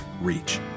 reach